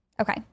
okay